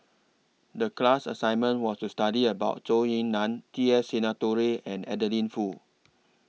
The class assignment was to study about Zhou Ying NAN T S Sinnathuray and Adeline Foo